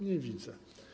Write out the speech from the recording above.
Nie widzę.